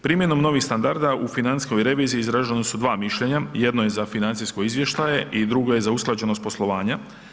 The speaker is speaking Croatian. Primjerom novih standarda u financijskoj reviziji, izrađena su 2 mišljenja, jedno je za financijsko izvještaje i drugo je za usklađenost poslovanja.